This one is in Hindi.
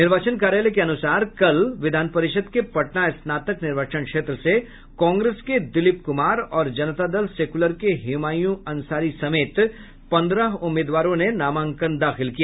निर्वाचन कार्यालय के अनुसार कल विधान परिषद के पटना स्नातक निर्वाचन क्षेत्र से कांग्रेस के दिलीप कुमार और जनता दल सेक्यूलर के हुमायूं अंसारी समेत पन्द्रह उम्मीदवारों ने नामांकन दाखिल किया